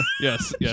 yes